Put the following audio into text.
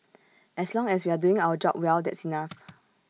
as long as we're doing our job well that's enough